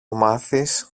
μάθεις